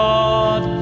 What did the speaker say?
God